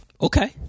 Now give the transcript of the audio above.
Okay